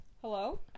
hello